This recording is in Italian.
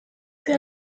più